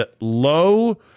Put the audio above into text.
low